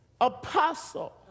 apostle